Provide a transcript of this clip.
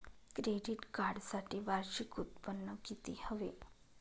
Credit कार्डसाठी वार्षिक उत्त्पन्न किती हवे?